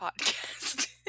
podcast